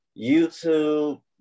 YouTube